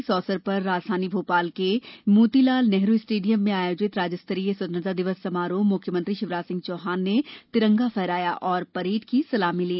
इस अवसर पर राजधानी भोपाल के मोतीलाल नेहरु स्टेडियम में आयोजित राज्य स्तरीय स्वतंत्रता दिवस समारोह मुख्यमंत्री शिवराज सिंह चौहान ने तिरंगा फहराया और परेड की सलामी ली